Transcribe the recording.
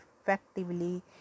effectively